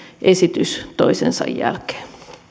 esitys toisensa jälkeen